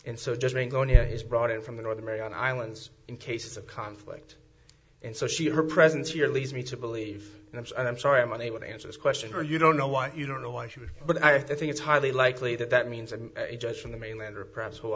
and so it just means only he's brought in from the northern mariana islands in case of conflict and so she her presence here leads me to believe and i'm sorry i'm unable to answer this question for you don't know why you don't know why she would but i think it's highly likely that that means a judge from the mainland or perhaps who